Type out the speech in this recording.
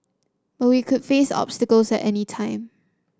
but we could face obstacles at any time